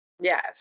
Yes